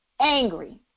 angry